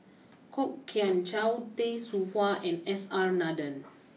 Kwok Kian Chow Tay Seow Huah and S R Nathan